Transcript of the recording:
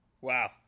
Wow